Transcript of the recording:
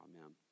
Amen